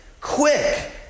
quick